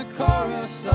chorus